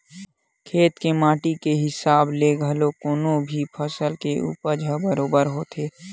खेत के माटी के हिसाब ले घलो कोनो भी फसल के उपज ह बरोबर होथे